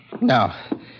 Now